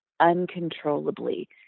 uncontrollably